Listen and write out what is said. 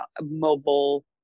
mobile